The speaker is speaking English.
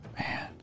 Man